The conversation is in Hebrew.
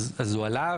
אז הוא עלה.